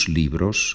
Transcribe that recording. libros